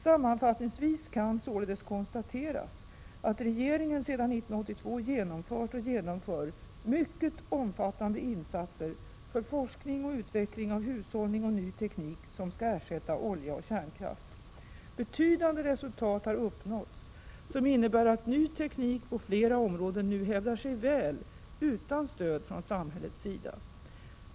Sammanfattningsvis kan således konstateras att regeringen sedan 1982 genomfört och genomför mycket omfattande insatser för forskning och utveckling av hushållning och ny teknik som skall ersätta olja och kärnkraft. Betydande resultat har uppnåtts som innebär att ny teknik på flera områden nu hävdar sig väl utan stöd från samhällets sida.